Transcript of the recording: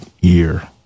year